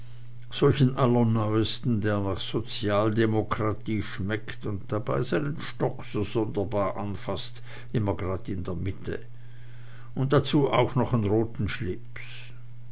solchen allerneuesten der nach sozialdemokratie schmeckt und dabei seinen stock so sonderbar anfaßt immer grad in der mitte und dazu auch noch nen roten schlips